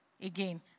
again